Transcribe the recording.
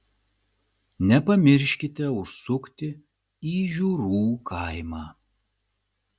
nepamirškite užsukti į žiurų kaimą